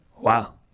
Wow